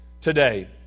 today